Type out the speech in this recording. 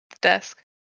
desk